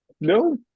no